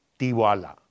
tiwala